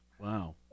Wow